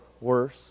worse